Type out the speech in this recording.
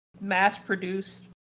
mass-produced